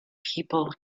people